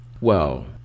Well